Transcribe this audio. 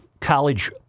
college